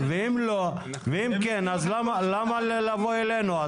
ואם כן, אז למה לבוא אלינו?